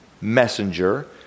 Messenger